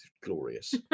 glorious